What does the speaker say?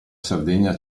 sardegna